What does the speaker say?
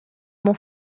mon